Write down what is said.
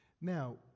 Now